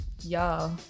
y'all